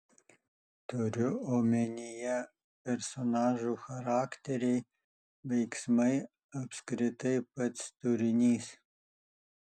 turiu omenyje personažų charakteriai veiksmai apskritai pats turinys